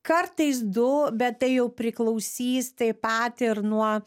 kartais du bet tai jau priklausys taip pat ir nuo